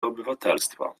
obywatelstwa